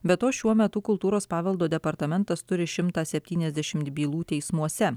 be to šiuo metu kultūros paveldo departamentas turi šimta septyniasdešimt bylų teismuose